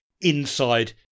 inside